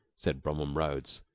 said bromham rhodes.